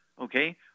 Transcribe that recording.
Okay